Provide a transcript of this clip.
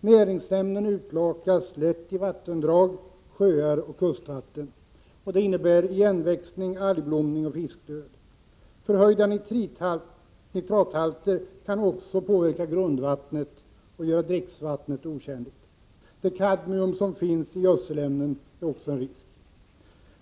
Näringsämnen utlakas lätt i vattendrag, sjöar och kustvatten. Det innebär igenväxning, algblomning och fiskdöd. Vidare kan förhöjda nitrathalter påverka grundvattnet och göra dricksvattnet otjänligt. Det kadmium som finns i gödselämnena är också en risk.